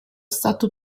stato